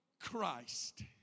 Christ